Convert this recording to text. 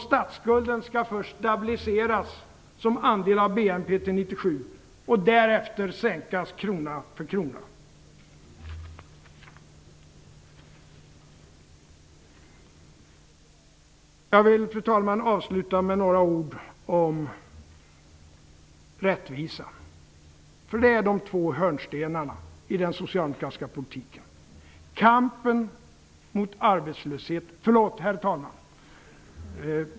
Statsskulden skall först stabiliseras som andel av BNP till 1997 och därefter sänkas krona för krona. Jag vill, fru talman, avsluta med några ord om rättvisa. Förlåt, herr talman, jag trodde att det fortfarande var Birgitta Dahl, men hon brukar inte ge sig så snabbt.